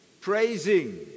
praising